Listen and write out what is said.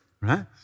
right